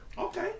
Okay